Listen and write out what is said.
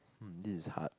this is hard